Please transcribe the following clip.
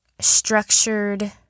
structured